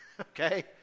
okay